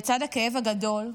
לצד הכאב הגדול,